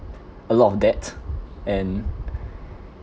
a lot of debt and